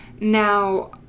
Now